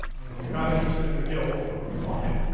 if you're not interested in the guild that's fine.